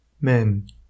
Men